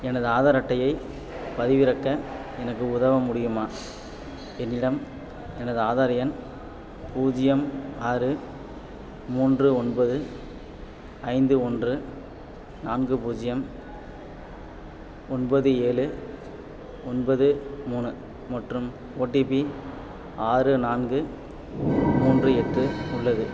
எனது ஆதார் அட்டையைப் பதிவிறக்க எனக்கு உதவ முடியுமா என்னிடம் எனது ஆதார் எண் பூஜ்யம் ஆறு மூன்று ஒன்பது ஐந்து ஒன்று நான்கு பூஜ்யம் ஒன்பது ஏழ் ஒன்பது மூணு மற்றும் ஓடிபி ஆறு நான்கு மூன்று எட்டு உள்ளது